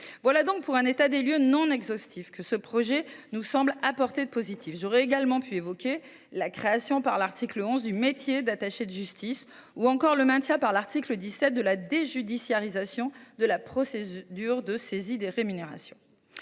Dans cet état des lieux non exhaustif des apports de ce projet de loi, j’aurais également pu évoquer la création, à l’article 11, du métier d’attaché de justice, ou encore le maintien, par l’article 17, de la déjudiciarisation de la procédure de saisie des rémunérations.